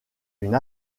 une